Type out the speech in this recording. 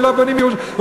שלא בונים בירושלים.